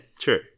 true